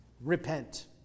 repent